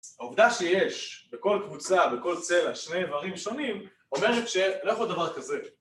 העובדה שיש בכל קבוצה, בכל צלע, שני איברים שונים, אומרת שלא יכול להיות דבר כזה